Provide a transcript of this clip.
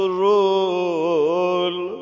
rule